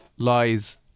lies